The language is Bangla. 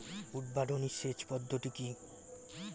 উদ্ভাবনী সেচ পদ্ধতি কি?